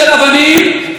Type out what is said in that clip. אולי אחת הבודדות,